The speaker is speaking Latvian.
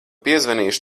piezvanīšu